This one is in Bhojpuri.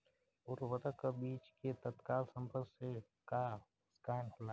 उर्वरक अ बीज के तत्काल संपर्क से का नुकसान होला?